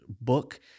book